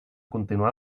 continuar